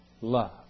love